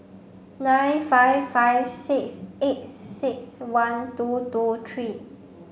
nine five five six eight six one two two three